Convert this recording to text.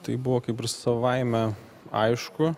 tai buvo kaip ir savaime aišku